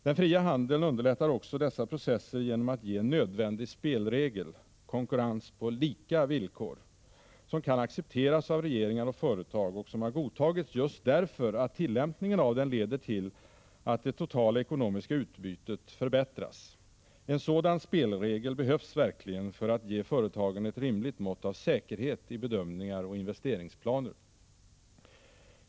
Den fria handeln underlättar också dessa processer genom att ge en nödvändig spelregel — konkurrens på lika villkor — som kan accepteras av regeringar och företag och som har godtagits just därför att tillämpningen av den leder till att det totala ekonomiska utbytet förbättras. En sådan spelregel behövs verkligen för att ge företagen ett rimligt mått av säkerhet i bedömningar och investeringsplaner.